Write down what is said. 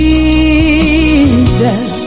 Jesus